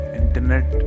internet